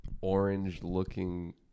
orange-looking